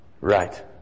Right